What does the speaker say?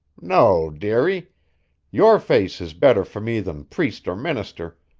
no, dearie your face is better for me than priest or minister,